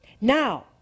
now